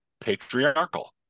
patriarchal